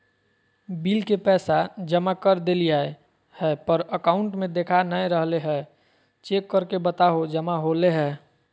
Bill के पैसा जमा कर देलियाय है पर अकाउंट में देखा नय रहले है, चेक करके बताहो जमा होले है?